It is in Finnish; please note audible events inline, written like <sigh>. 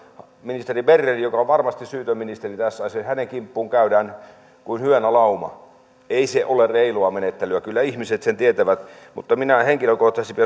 ministeri bernerin joka on varmasti syytön ministeri tässä asiassa kimppuun käydään kuin hyeenalauma ei se ole reilua menettelyä kyllä ihmiset sen tietävät mutta minä henkilökohtaisesti <unintelligible>